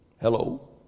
Hello